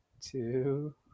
Two